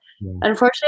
unfortunately